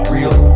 Real